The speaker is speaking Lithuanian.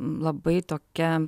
labai tokia